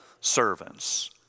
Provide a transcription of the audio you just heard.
servants